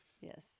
Yes